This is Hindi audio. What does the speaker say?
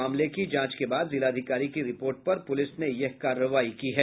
मामले की जांच के बाद जिलाधिकारी की रिपोर्ट पर पुलिस ने यह कार्रवाई की है